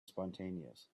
spontaneous